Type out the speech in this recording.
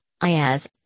IAS